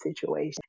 situation